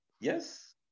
yes